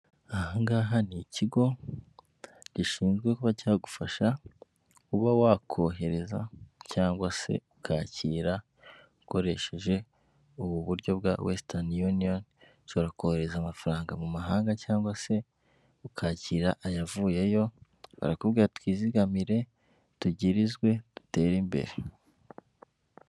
Ahangaha ni ikigo gishinzwe kuba cyagufasha kuba wakohereza cyangwa se ukakira ukoresheje ubu buryo bwa wesitani yuniyoni. Ushobora kohereza amafaranga mu mahanga cyangwa se ukakira ayavuyeyo, barakubwira twizigamire tugurizwe dutere imbere.